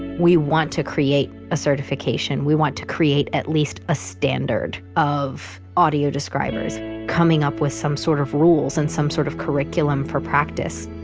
we want to create a certification. we want to create at least a standard of audio describers coming up with some sort of rules and some sort of curriculum for practice